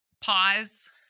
Pause